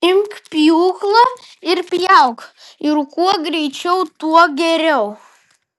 imk pjūklą ir pjauk ir kuo greičiau tuo geriau